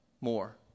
more